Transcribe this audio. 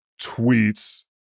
tweets